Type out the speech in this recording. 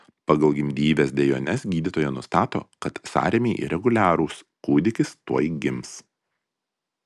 pagal gimdyvės dejones gydytoja nustato kad sąrėmiai reguliarūs kūdikis tuoj gims